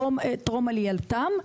טרום עלייתם.